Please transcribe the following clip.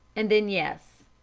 and then yes.